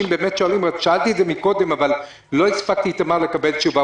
שאלתי את זה קודם אבל לא הספקתי לקבל תשובה